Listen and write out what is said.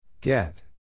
Get